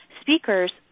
speakers